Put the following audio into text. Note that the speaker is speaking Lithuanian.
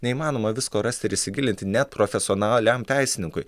neįmanoma visko rasti ir įsigilinti net profesionaliam teisininkui